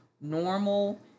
normal